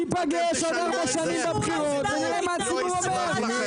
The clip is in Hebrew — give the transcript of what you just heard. ניפגש בעוד ארבע שנים בבחירות ונראה מה הציבור אומר.